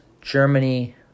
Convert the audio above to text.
Germany